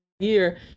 year